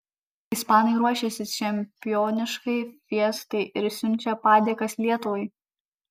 ispanai ruošiasi čempioniškai fiestai ir siunčia padėkas lietuvai